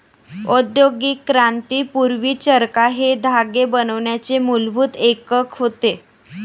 औद्योगिक क्रांती पूर्वी, चरखा हे धागे बनवण्याचे मूलभूत एकक होते